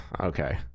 Okay